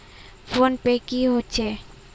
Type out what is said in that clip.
Phone पै की होचे?